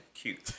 cute